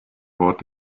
bord